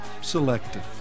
selective